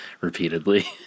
repeatedly